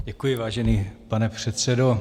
Děkuji, vážený pane předsedo.